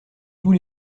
tous